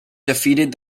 defeated